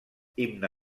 himne